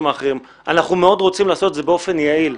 האחרים: אנחנו מאוד רוצים לעשות את זה באופן יעיל,